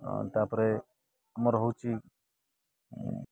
ତାପରେ ଆମର ହେଉଛି